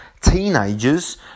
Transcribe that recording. teenagers